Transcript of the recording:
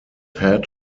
head